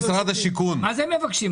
מה זה "הם מבקשים"?